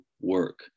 work